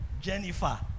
Jennifer